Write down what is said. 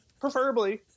Preferably